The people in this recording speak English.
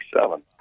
seven